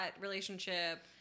relationship